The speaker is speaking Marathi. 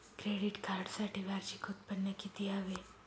क्रेडिट कार्डसाठी वार्षिक उत्त्पन्न किती हवे?